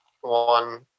one